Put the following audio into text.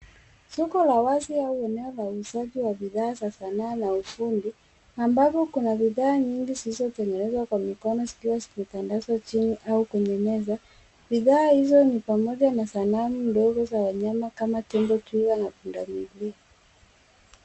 Soko la wazi au eneo la uuzaji wa bidhaa za sanaa na ufundi, ambavyo kuna bidhaa nyingi zilizotengenezwa kwa mikono zikiwa zimetandazwa chini au kwenye meza. Bidhaa hizo ni pamoja na sanamu ndogo za wanyama kama tembo, twiga na pundamilia.